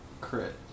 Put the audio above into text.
Crit